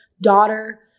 daughter